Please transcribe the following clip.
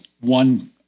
one